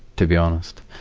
to be honest.